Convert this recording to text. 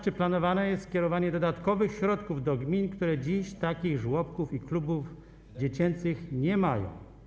Czy planowane jest skierowanie dodatkowych środków do gmin, które dziś takich żłobków i klubów dziecięcych nie mają?